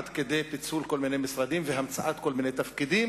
עד כדי פיצול כל מיני משרדים והמצאת כל מיני תפקידים,